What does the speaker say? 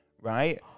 Right